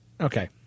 Okay